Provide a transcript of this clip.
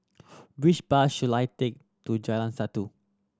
which bus should I take to Jalan Satu